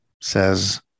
says